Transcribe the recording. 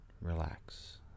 relax